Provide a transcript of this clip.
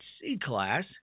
C-Class